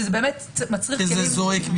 שזה באמת מצריך כלים --- שזה זועק.